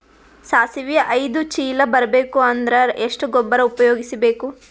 ಸಾಸಿವಿ ಐದು ಚೀಲ ಬರುಬೇಕ ಅಂದ್ರ ಎಷ್ಟ ಗೊಬ್ಬರ ಉಪಯೋಗಿಸಿ ಬೇಕು?